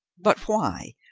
but why,